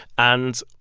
and